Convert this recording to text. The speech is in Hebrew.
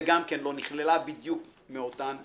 וגם כן לא נכללה בדיוק מאותן סיבות.